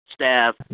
staff